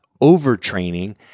overtraining